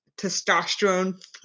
testosterone